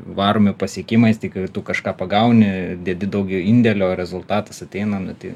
varomi pasiekimais tai kai tu kažką pagauni dedi daugiau indėlio rezultatas ateina nu tai